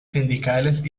sindicales